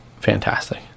Fantastic